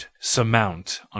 surmount